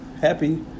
happy